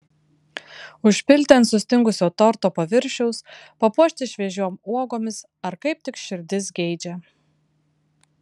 užpilti ant sustingusio torto paviršiaus papuošti šviežiom uogomis ar kaip tik širdis geidžia